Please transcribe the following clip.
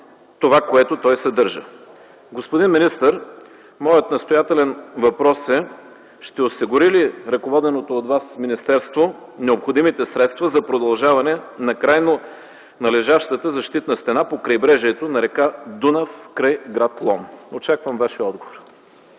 това, което той съдържа. Господин министър, моят настоятелен въпрос е: ще осигури ли ръководеното от Вас министерство необходимите средства за продължаване на крайно належащата защитна стена по крайбрежието на р. Дунав край гр. Лом? Очаквам Вашия отговор.